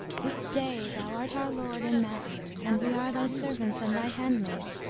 this day thou art our lord and master, and we are thy servants and thy hand-maids,